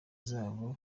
zabo